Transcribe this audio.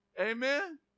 amen